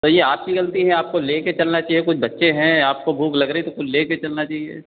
sir ये आपकी ग़लती है आपको ले के चलना चाहिए कुछ बच्चे हैं आपको भूख लग रही है तो कुछ ले के चलना चाहिए